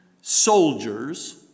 soldiers